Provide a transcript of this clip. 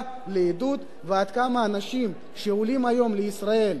לעידוד ועד כמה אנשים שעולים היום לישראל,